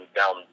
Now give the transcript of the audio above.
down